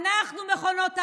אנחנו מכונות הרעל.